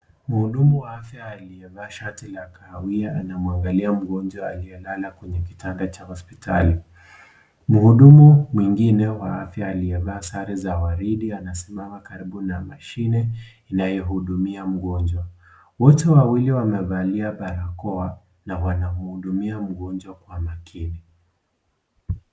Mhudumu wa afya aliyevaa shati ya kahawia anamwangalia mgonjwa aliyelala kwenye kitanda cha hospitali . Mhudumu mwingine wa afya aliyevaa sare ya waridi , amesimama karibu na mashine inayohudumia mgonjwa. Wote wawili wamevalia barakoa na wanamhudumia mgonjwa kwa makini.